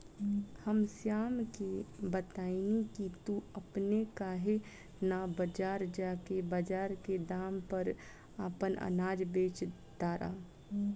हम श्याम के बतएनी की तू अपने काहे ना बजार जा के बजार के दाम पर आपन अनाज बेच तारा